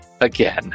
again